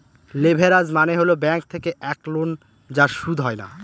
leverage মানে হল bank থেকে এক লোন যার সুদ হয় না